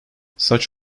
such